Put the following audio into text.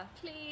Please